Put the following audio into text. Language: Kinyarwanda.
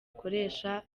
ikoresha